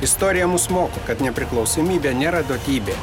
istorija mus moko kad nepriklausomybė nėra duotybė